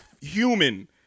human